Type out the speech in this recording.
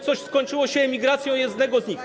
co skończyło się emigracją jednego z nich.